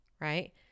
right